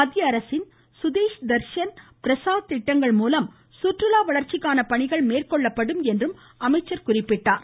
மத்திய அரசின் சுதேஷ் தர்ஷன் பிரசாத் திட்டங்கள் மூலம் சுற்றுலா வளர்ச்சிக்கான பணிகள் மேற்கொள்ளப்படும் என்றார்